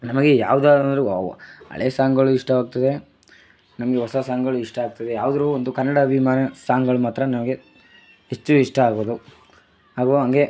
ನಮಗೆ ಯಾವುದಾದ್ರೂ ಹಳೆ ಸಾಂಗ್ಗಳು ಇಷ್ಟವಾಗ್ತವೆ ನಮಗೆ ಹೊಸ ಸಾಂಗ್ಗಳು ಇಷ್ಟ ಆಗ್ತವೆ ಯಾವುದ್ರು ಒಂದು ಕನ್ನಡಾಭಿಮಾನ ಸಾಂಗ್ಗಳು ಮಾತ್ರ ನಮಗೆ ಹೆಚ್ಚು ಇಷ್ಟ ಆಗುವುದು ಹಾಗೂ ಹಾಗೆ